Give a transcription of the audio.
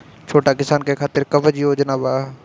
छोटा किसान के खातिर कवन योजना बा?